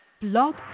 Blog